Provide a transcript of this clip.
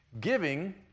Giving